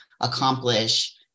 accomplish